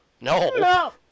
No